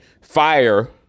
fire